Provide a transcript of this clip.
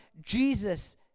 Jesus